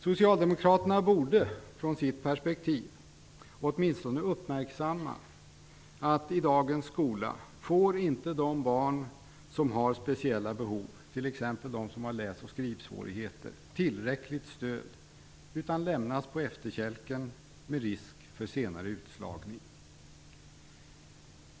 Socialdemokraterna borde från sitt perspektiv åtminstone uppmärksamma att i dagens skola får inte de barn som har speciella behov, t.ex. de som har läsoch skrivsvårigheter, tillräckligt stöd utan lämnas på efterkälken med risk för senare utslagning.